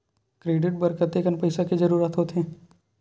Credit बर कतेकन पईसा के जरूरत होथे?